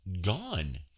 Gone